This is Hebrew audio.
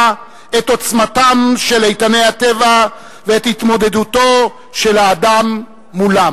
את עוצמתם של איתני הטבע ואת התמודדותו של האדם מולם.